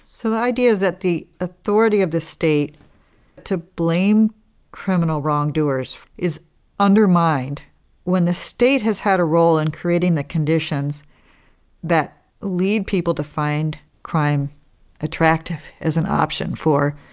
so the idea is that the authority of the state to blame criminal wrongdoers is undermined when the state has had a role in and creating the conditions that lead people to find crime attractive as an option for